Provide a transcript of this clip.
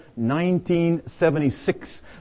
1976